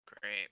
Great